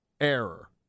Error